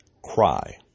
cry